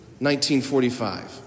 1945